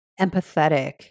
empathetic